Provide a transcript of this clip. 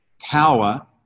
power